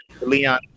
Leon